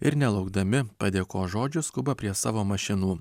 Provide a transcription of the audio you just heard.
ir nelaukdami padėkos žodžių skuba prie savo mašinų